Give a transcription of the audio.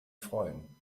freuen